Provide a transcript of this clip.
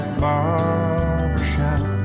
barbershop